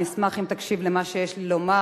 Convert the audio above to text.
אני אשמח אם תקשיב למה שיש לי לומר,